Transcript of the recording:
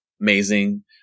Amazing